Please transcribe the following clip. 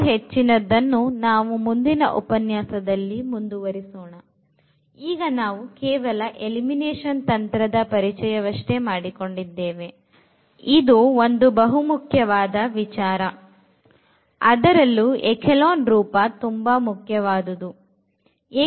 ಇನ್ನೂ ಹೆಚ್ಚಿನದನ್ನು ನಾವು ಮುಂದಿನ ಉಪನ್ಯಾಸದಲ್ಲಿ ಮುಂದುವರಿಸೋಣ ಈಗ ನಾವು ಕೇವಲ ಎಲಿಮಿನೇಷನ್ ತಂತ್ರದ ಪರಿಚಯವಷ್ಟೇ ಮಾಡಿಕೊಂಡಿದ್ದೇವೆ ಇದು ಒಂದು ಬಹುಮುಖ್ಯವಾದ ವಿಚಾರ ಅದರಲ್ಲೂ echelon ರೂಪ ತುಂಬಾ ಮುಖ್ಯವಾದದ್ದು